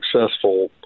successful